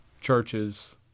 churches